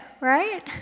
right